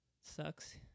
Sucks